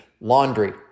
Laundry